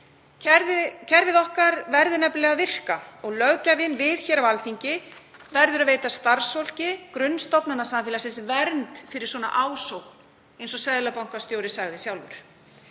Kerfið okkar verður nefnilega að virka og löggjafinn, við hér á Alþingi, verður að veita starfsfólki grunnstofnana samfélagsins vernd fyrir svona ásókn, eins og seðlabankastjóri sagði sjálfur.